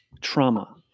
trauma